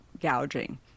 gouging